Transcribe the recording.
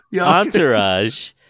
Entourage